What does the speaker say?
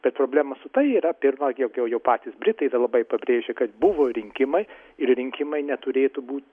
bet problema su tai yra pirma jog jau jau patys britai yra labai pabrėžę kad buvo rinkimai ir rinkimai neturėtų bū